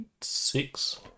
six